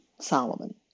Solomon